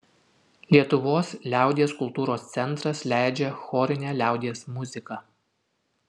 lietuvos liaudies kultūros centras leidžia chorinę liaudies muziką